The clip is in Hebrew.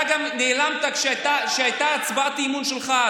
אתה גם נעלמת כשהייתה הצבעת אי-אמון שלך,